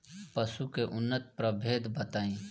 पशु के उन्नत प्रभेद बताई?